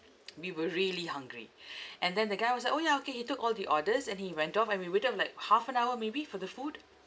we were really hungry and then the guy was like orh ya okay he took all the orders and he went off and we waited for like half an hour maybe for the food